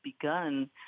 begun